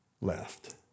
left